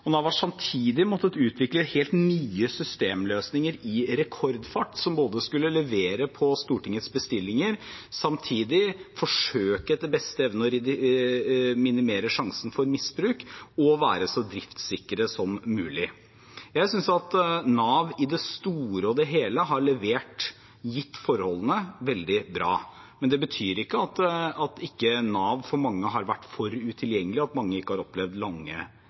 måttet utvikle helt nye systemløsninger, som skulle både levere på Stortingets bestillinger og etter beste evne forsøke å minimere sjansen for misbruk og være så driftssikre som mulig. Jeg synes at Nav i det store og hele, gitt forholdene, har levert veldig bra. Men det betyr ikke at ikke Nav for mange har vært for utilgjengelig, og at ikke mange har opplevd lange